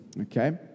Okay